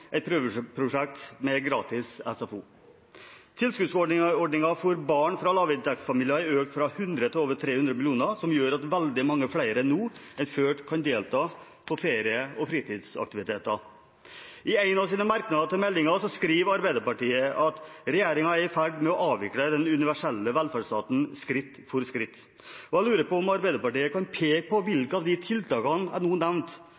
et prøveprosjekt med gratis SFO. Tilskuddsordninger for barn fra lavinntektsfamilier er økt fra 100 mill. kr til over 300 mill. kr, som gjør at veldig mange flere nå enn før kan delta på ferie- og fritidsaktiviteter. I en av sine merknader til meldingen skriver, bl.a. Arbeiderpartiet: «Regjeringen er i ferd med å avvikle den universelle velferdsstaten skritt for skritt.» Jeg lurer på om Arbeiderpartiet kan peke på hvilke av de tiltakene jeg nå nevnte, som gjør at velferdsstaten er